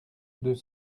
deux